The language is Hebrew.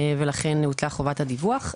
לכן הוטלה חובת הדיווח.